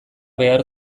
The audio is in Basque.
behar